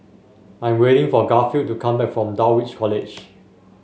I am waiting for Garfield to come back from Dulwich College